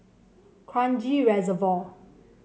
Kranji Reservoir